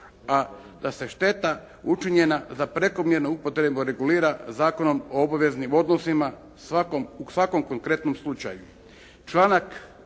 a da se šteta učinjena za prekomjernu upotrebu regulira Zakonom o obaveznim odnosima u svakom konkretnom slučaju.